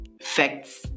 facts